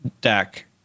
deck